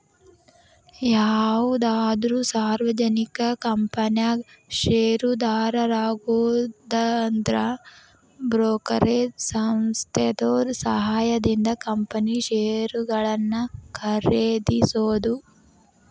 ಯಾವುದಾದ್ರು ಸಾರ್ವಜನಿಕ ಕಂಪನ್ಯಾಗ ಷೇರುದಾರರಾಗುದಂದ್ರ ಬ್ರೋಕರೇಜ್ ಸಂಸ್ಥೆದೋರ್ ಸಹಾಯದಿಂದ ಕಂಪನಿ ಷೇರುಗಳನ್ನ ಖರೇದಿಸೋದು